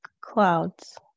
clouds